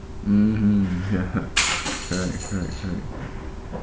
mmhmm ya correct correct correct